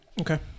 Okay